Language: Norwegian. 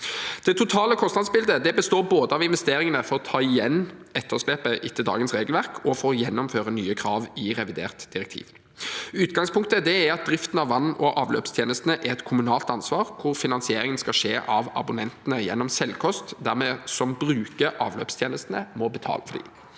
Det totale kostnadsbildet består av investeringene for både å ta igjen etterslepet etter dagens regelverk og å gjennomføre nye krav i revidert direktiv. Utgangspunktet er at driften av vann- og avløpstjenestene er et kommunalt ansvar, der finansieringen skal skje av abonnentene gjennom selvkost. De som bruker avløpstjenestene, må betale for dem.